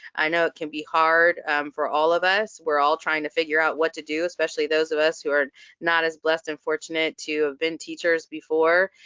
i know it can be hard for all of us. we're all trying to figure out what to do, especially those of us who are not as blessed and fortunate to have been teachers before.